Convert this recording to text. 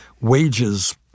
wages